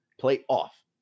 play-off